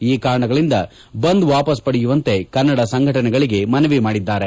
ಈ ಕಾರಣಗಳಿಂದ ಬಂದ್ ವಾಪಸ್ ಪಡೆಯುವಂತೆ ಕನ್ನಡ ಸಂಘಟನೆಗಳಿಗೆ ಮನವಿ ಮಾಡಿದ್ದಾರೆ